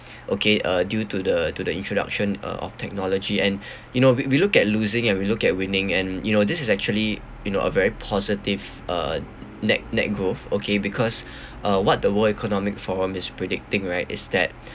okay uh due to the to the introduction uh of technology and you know we we look at losing and we look at winning and you know this is actually you know a very positive uh net net growth okay because uh what the world economic forum is predicting right is that